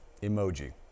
Emoji